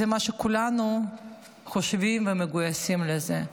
זה מה שכולנו חושבים ומגויסים לזה.